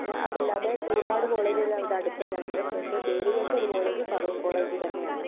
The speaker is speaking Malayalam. പിന്നെ അതല്ലാതെ ഒരുപാട് കോളേജുകൾ അവിടെ അടുത്തുതന്നെ ഉണ്ട് പക്ഷേ പേരുകേട്ട ഒരു കോളേജ് ഫറൂഖ് കോളേജ് തന്നെയാണ്